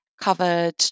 covered